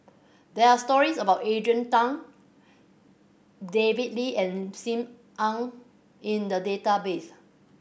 there are stories about Adrian Tan David Lee and Sim Ann in the database